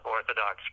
Orthodox